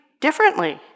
differently